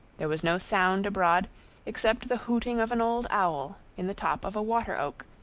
there was no sound abroad except the hooting of an old owl in the top of a water-oak,